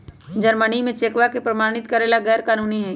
Germany में चेकवा के प्रमाणित करे ला गैर कानूनी हई